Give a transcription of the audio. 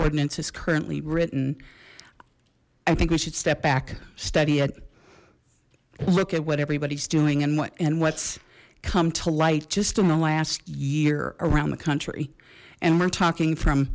ordinance is currently written i think we should step back study it look at what everybody's doing and what and what's come to light just in the last year around the country and we're talking from